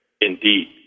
indeed